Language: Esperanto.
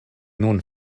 nun